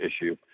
issue